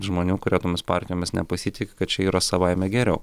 žmonių kurie tomis partijomis nepasitiki kad čia yra savaime geriau